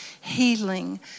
healing